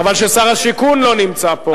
חבל ששר השיכון לא נמצא פה.